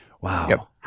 Wow